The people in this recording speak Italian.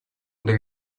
del